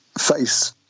face